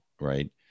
Right